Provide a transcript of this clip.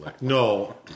No